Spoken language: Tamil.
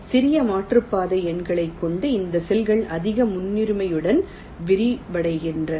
சிறிய மாற்றுப்பாதை எண்களைக் கொண்ட இந்த செல்கள் அதிக முன்னுரிமையுடன் விரிவடைகின்றன